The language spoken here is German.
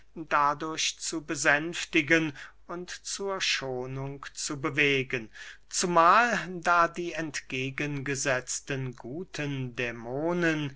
dadurch zu besänftigen und zur schonung zu bewegen zumahl da die entgegen gesetzten guten